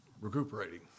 recuperating